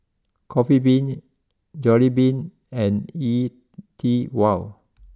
Coffee Bean Jollibean and E T Wow